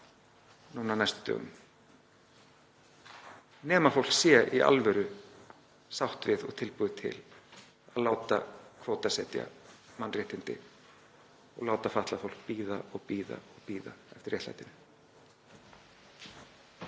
núna á næstu dögum, nema fólk sé í alvöru sátt við og tilbúið til að láta kvótasetja mannréttindi og láta fatlað fólk bíða og bíða eftir réttlætinu.